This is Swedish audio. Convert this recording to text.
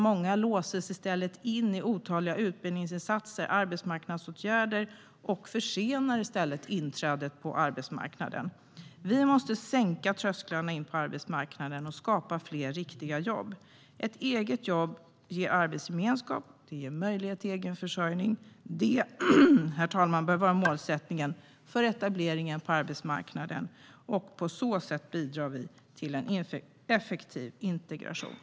Många blir i stället inlåsta i otaliga utbildningsinsatser och arbetsmarknadsåtgärder som försenar inträdet på arbetsmarknaden. Vi måste sänka trösklarna in på arbetsmarknaden och skapa fler riktiga jobb. Ett eget jobb ger arbetsgemenskap och möjlighet till egen försörjning. Det, herr talman, bör vara målsättningen för etableringen på arbetsmarknaden. På så sätt bidrar vi till en effektiv integration.